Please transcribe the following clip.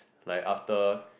like after